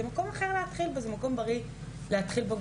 זה מקום בריא להתחיל בו.